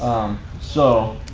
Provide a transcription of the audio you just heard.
so,